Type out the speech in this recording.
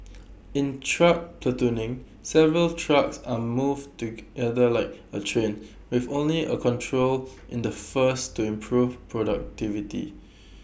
in truck platooning several trucks are move together like A train with only A control in the first to improve productivity